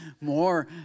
more